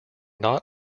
not